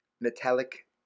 metallic